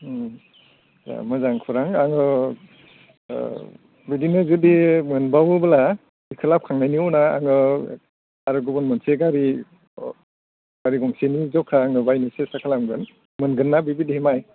ओम दे मोजां खौरां आङो बिदिनो जुदि मोनबावोब्ला बेखो लाबोखांनायनि उनाव आङो आरो गुबुन मोनसे गारि गारि गंसेनि जखा आङो बायनो सेसथा खालामगोन मोनगोनना बेबायदि माइ